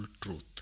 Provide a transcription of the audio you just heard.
truth